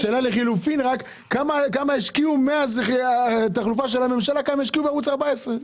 רק שאלה לחילופין כמה השקיעו מאז החלפת הממשלה בערוץ 14?